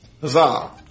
Huzzah